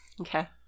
Okay